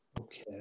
Okay